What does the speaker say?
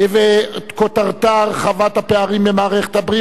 וכותרתה: הרחבת הפערים במערכת הבריאות